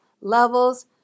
levels